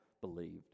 believed